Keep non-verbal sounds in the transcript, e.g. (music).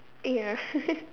ya (laughs)